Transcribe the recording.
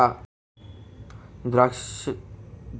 द्राक्ष जवंय तयार व्हयीसन काढतस तवंय दारू बनाडतस